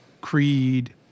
Creed